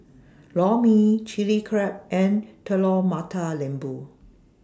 Lor Mee Chili Crab and Telur Mata Lembu